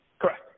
Correct